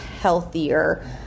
healthier